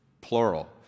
plural